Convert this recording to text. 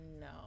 no